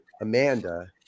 Amanda